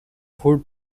food